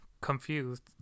confused